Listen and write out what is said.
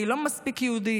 מי לא מספיק יהודי,